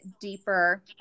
deeper